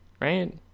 Right